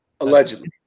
Allegedly